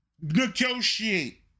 negotiate